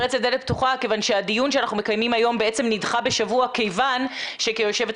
פתוחה כיוון שהדיון שאנחנו מקיימים היום בעצם נדחה בשבוע כיוון שכיושבת-ראש